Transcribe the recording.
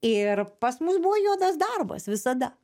ir pas mus buvo juodas darbas visada